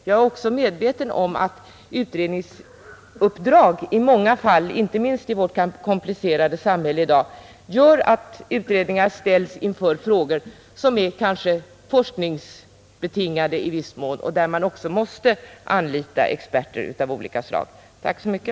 Jag är också medveten om att utredningsuppdrag i många fall, inte minst i vårt komplicerade samhälle, innebär att kommittéer ställs inför frågor som i viss mån är forskningsbetingade. Därför måste vi ju anlita experter av olika slag. Tack så mycket.